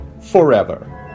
forever